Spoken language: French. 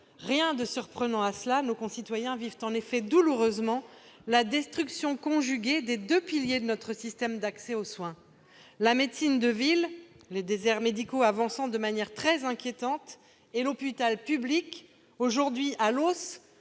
rien de surprenant à cela. Nos concitoyens vivent en effet douloureusement la destruction conjuguée des deux piliers de notre système d'accès aux soins que sont la médecine de ville- les déserts médicaux progressent de manière très inquiétante -et l'hôpital public, lequel est aujourd'hui à l'os